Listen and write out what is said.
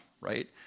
right